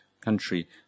country